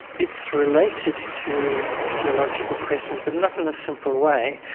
it's related to theological questions, but not in a simple way.